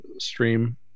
stream